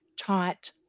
taught